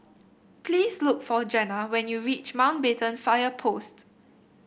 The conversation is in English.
please look for Jenna when you reach Mountbatten Fire Post